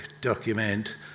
document